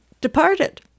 departed